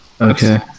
Okay